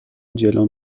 جلوم